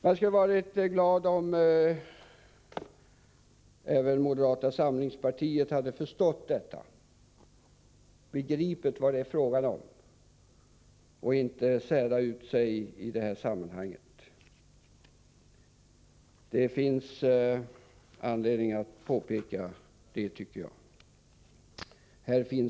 Jag skulle ha varit ytterligt glad om även moderata samlingspartiet hade förstått detta, hade begripit vad det är fråga om och inte hade särat ut sig i detta sammanhang. Det finns anledning att påpeka detta, tycker jag.